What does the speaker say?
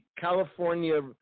California